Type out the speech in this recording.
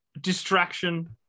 distraction